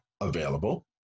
available